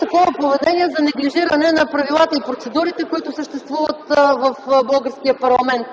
такова поведение за неглижиране на правилата и процедурите, които съществуват в българския парламент.